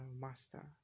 Master